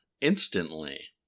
instantly